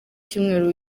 cyumweru